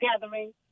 gathering